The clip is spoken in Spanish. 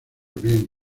bien